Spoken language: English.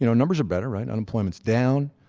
you know numbers are better, right? unemployment is down,